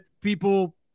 people